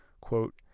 Quote